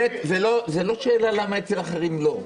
ב', זה לא שאלה למה כן ואחרים לא.